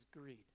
greed